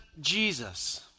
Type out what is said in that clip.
Jesus